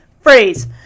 phrase